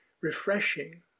refreshing